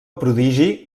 prodigi